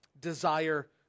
Desire